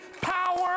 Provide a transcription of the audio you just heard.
power